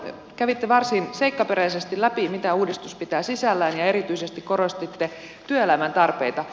kävitte varsin seikkaperäisesti läpi mitä uudistus pitää sisällään ja erityisesti korostitte työelämän tarpeita